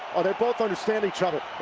or they both understand each other.